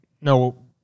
no